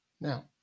Now